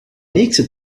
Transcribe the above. nächste